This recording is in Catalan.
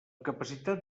capacitat